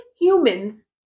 humans